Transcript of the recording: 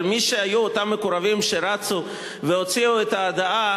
אבל מי שהיו אותם מקורבים שרצו והוציאו את ההודעה